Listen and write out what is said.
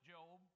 Job